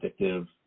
addictive